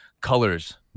colors